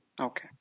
Okay